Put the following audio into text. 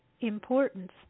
importance